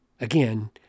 again